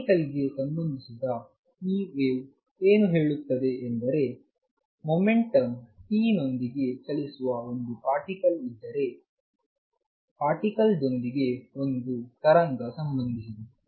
ಪಾರ್ಟಿಕಲ್ಗೆ ಸಂಬಂಧಿಸಿದ ಈ ವೇವ್ ಏನು ಹೇಳುತ್ತದೆ ಎಂದರೆ ಮೊಮೆಂಟಂ p ನೊಂದಿಗೆ ಚಲಿಸುವ ಒಂದು ಪಾರ್ಟಿಕಲ್ ಇದ್ದರೆ ಪಾರ್ಟಿಕಲ್ದೊಂದಿಗೆ ಒಂದು ತರಂಗ ಸಂಬಂಧಿಸಿದೆ